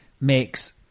makes